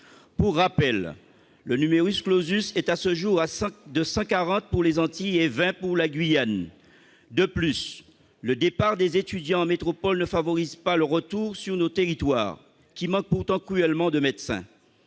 pour rappel, le numerus clausus est à ce jour à 5 de 140 pour les Antilles, et 20 pour la Guyane, de plus, le départ des étudiants en métropole ne favorise pas le retour sur nos territoires qui manque pourtant cruellement de médecins,